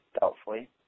doubtfully